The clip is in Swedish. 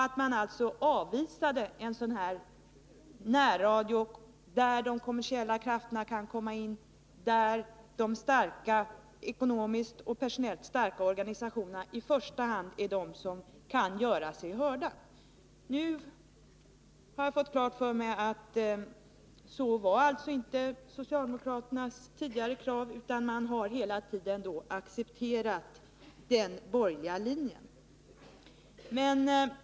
Jag trodde alltså att man avvisade en närradio, där de kommersiella krafterna kan komma in och där de ekonomiskt och personellt starka organisationerna i första hand är de som kan göra sig hörda. Nu har jag fått klart för mig att så var det inte med socialdemokraternas tidigare krav, utan man har hela tiden accepterat den borgerliga linjen.